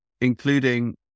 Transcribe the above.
Including